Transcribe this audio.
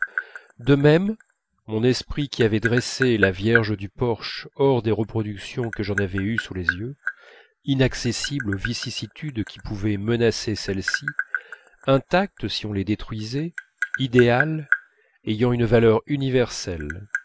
de même mon esprit qui avait dressé la vierge du porche hors des reproductions que j'en avais eues sous les yeux inaccessible aux vicissitudes qui pouvaient menacer celles-ci intacte si on les détruisait idéale ayant une valeur universelle